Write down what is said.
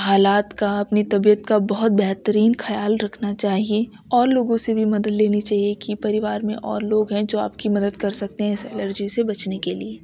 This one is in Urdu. حالات کا اپنی طبیعت کا بہت بہترین خیال رکھنا چاہیے اور لوگوں سے بھی مدد لینی چاہیے کہ پریوار میں اور لوگ ہیں جو آپ کی مدد کر سکتے ہیں اس الرجی سے بچنے کے لیے